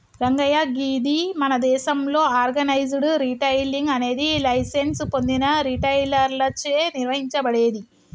రంగయ్య గీది మన దేసంలో ఆర్గనైజ్డ్ రిటైలింగ్ అనేది లైసెన్స్ పొందిన రిటైలర్లచే నిర్వహించబడేది